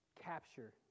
capture